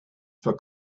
for